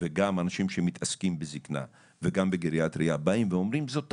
וגם אנשים שמתעסקים בזקנה וגם בגריאטריה באים ואומרים שזו טעות.